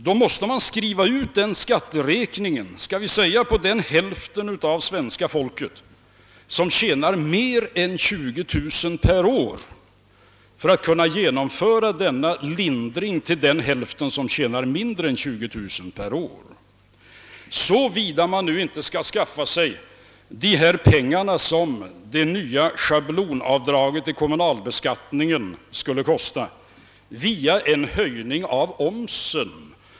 Då måste man skriva ut en skatteräkning på skall vi säga den hälft av svenska folket som tjänar mer än 20 000 kronor om året för att kunna ge denna lindring till den hälft som tjänar mindre än 20000 kronor — såvida man inte kan skaffa de pengar, som det nya schablonavdraget vid kommunalbeskattningen skulle kosta, via en höjning av omsen.